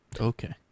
Okay